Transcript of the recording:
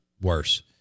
worse